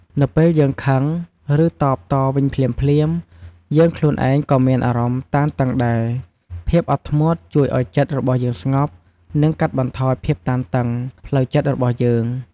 នៅពេលយើងខឹង ឬ តបតវិញភ្លាមៗ យើងខ្លួនឯងក៏មានអារម្មណ៍តានតឹងដែរ ភាពអត់ធ្មត់ជួយឲ្យចិត្តរបស់យើងស្ងប់ និងកាត់បន្ថយភាពតានតឹងផ្លូវចិត្តរបស់យើង។